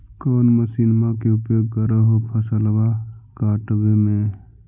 कौन मसिंनमा के उपयोग कर हो फसलबा काटबे में?